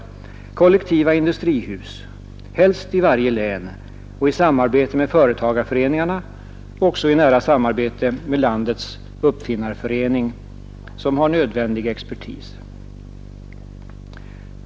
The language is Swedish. Sådana kollektiva industrihus borde helst finnas i varje län och fungera i nära samarbete med företagarföreningarna och med landets uppfinnarförening, som har nödig expertis.